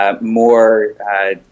More